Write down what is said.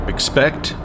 Expect